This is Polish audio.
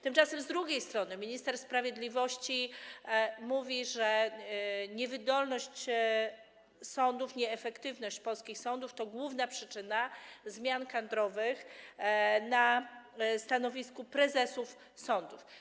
Tymczasem z drugiej strony minister sprawiedliwości mówi, że niewydolność sądów, nieefektywność polskich sądów to główna przyczyna zmian kadrowych na stanowiskach prezesów sądów.